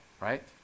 right